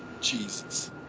Jesus